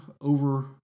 over